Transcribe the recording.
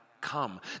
come